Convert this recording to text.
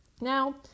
now